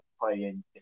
playing